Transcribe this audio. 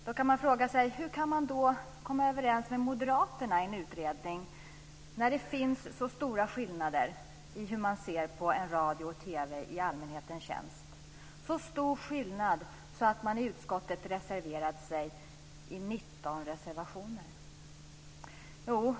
Då kan man fråga sig: Hur kan man komma överens med Moderaterna i en utredning när det finns så stora skillnader i hur man ser på radio och TV i allmänhetens tjänst - så stor skillnad att man i utskottet reserverar sig i 19 reservationer?